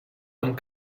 amb